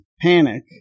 panic